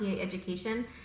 education